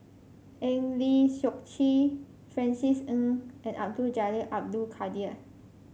Eng Lee Seok Chee Francis Ng and Abdul Jalil Abdul Kadir